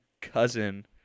cousin